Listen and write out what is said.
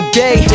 day